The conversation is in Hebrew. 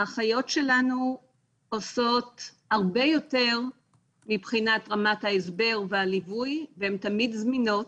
האחיות שלנו עושות הרבה יותר מבחינת רמת ההסבר והליווי והן תמיד זמינות